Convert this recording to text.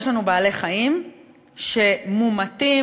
יש לנו בעלי-חיים שמומתים,